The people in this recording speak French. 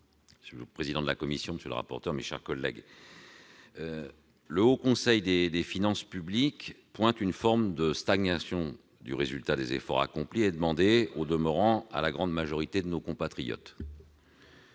monsieur le président de la commission, monsieur le rapporteur général, mes chers collègues, le Haut Conseil des finances publiques pointe une forme de stagnation du résultat des efforts accomplis et demandés à la grande majorité de nos compatriotes.